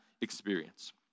experience